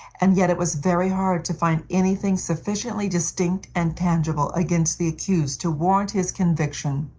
and yet it was very hard to find any thing sufficiently distinct and tangible against the accused to warrant his conviction.